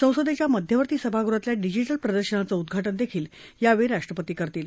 संसदेच्या मध्यवर्ती सभागृहातल्या डिजिटल प्रदर्शनाचे उद्घाटन यावेळी राष्ट्रपती करतील